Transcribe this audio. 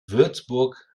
würzburg